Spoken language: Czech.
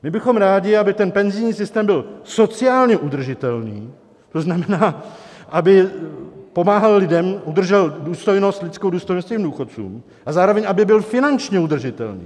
My bychom rádi, aby penzijní systém byl sociálně udržitelný, to znamená, aby pomáhal lidem, udržel lidskou důstojnost těm důchodcům, a zároveň aby byl finančně udržitelný.